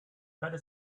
better